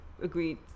agreed